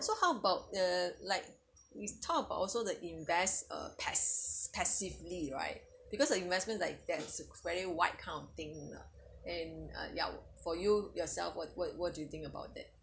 so how about the like we talk about also the invest uh pass passively right because the investment is like there's a very wide kind of thing lah and ya for you yourself what what what do you think about that